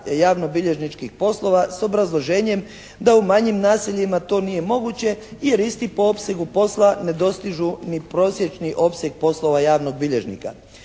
javnobilježničkih poslova s obrazloženjem da u manjim naseljima to nije moguće jer isti po opsegu posla ne dostižu ni prosječni opseg poslova javnog bilježnika.